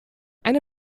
eine